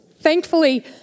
Thankfully